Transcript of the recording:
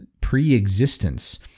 pre-existence